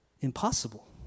impossible